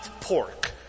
pork